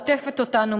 עוטפת אותנו,